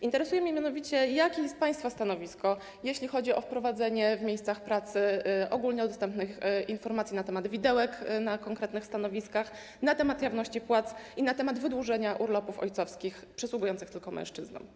Interesuje mnie mianowicie, jakie jest państwa stanowisko, jeśli chodzi o wprowadzenie w miejscach pracy ogólnodostępnych informacji na temat widełek na konkretnych stanowiskach, na temat jawności płac i na temat wydłużenia urlopów ojcowskich przysługujących tylko mężczyznom.